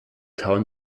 town